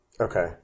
Okay